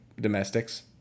domestics